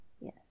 yes